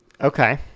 Okay